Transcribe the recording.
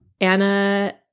Anna